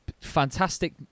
Fantastic